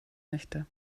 möchte